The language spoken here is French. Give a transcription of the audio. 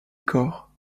corps